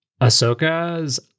Ahsoka's